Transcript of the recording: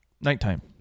Nighttime